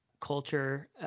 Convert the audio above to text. culture